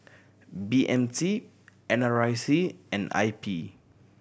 B M T N R I C and I P